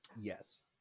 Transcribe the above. Yes